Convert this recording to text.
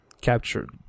captured